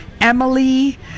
Emily